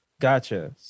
Gotcha